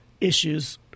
issues